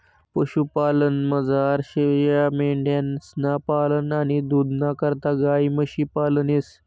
पशुपालनमझार शेयामेंढ्यांसनं पालन आणि दूधना करता गायी म्हशी पालन येस